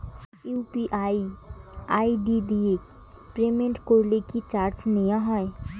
UPI ID দিয়ে payment করলে কি চার্জ নেয়া হয়?